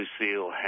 Lucille